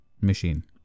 machine